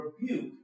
rebuke